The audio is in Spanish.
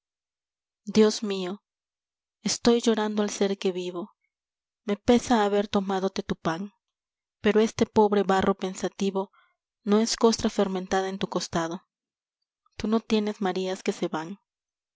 dios mió estoy llorando el ser que vivo me pesa haber tomádote tu pan pero este pobre barro pensativo no es costra fermentada en tu costado tú no tienes marías que se van